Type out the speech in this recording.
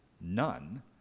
none